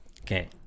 Okay